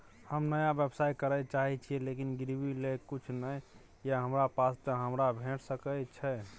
हम नया व्यवसाय करै चाहे छिये लेकिन गिरवी ले किछ नय ये हमरा पास त हमरा भेट सकै छै?